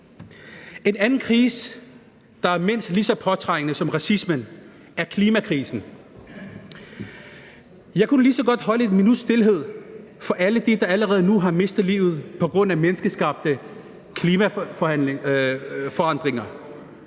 En anden krise, der er mindst lige så påtrængende som racismen, er klimakrisen, og jeg kunne lige så godt holde 1 minuts stilhed for alle dem, der allerede nu har mistet livet på grund af menneskeskabte klimaforandringer.